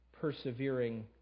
persevering